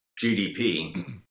GDP